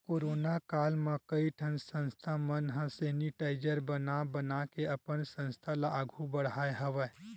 corona काल म कइ ठन संस्था मन ह सेनिटाइजर बना बनाके अपन संस्था ल आघु बड़हाय हवय